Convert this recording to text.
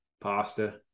pasta